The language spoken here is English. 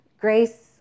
grace